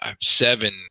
seven